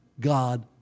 God